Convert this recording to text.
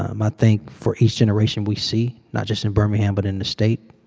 um i think for each generation we see, not just in birmingham, but in the state,